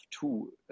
two